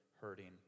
hurting